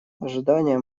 ожидание